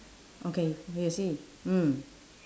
okay where you see mm